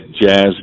jazz